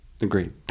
Agreed